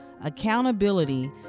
accountability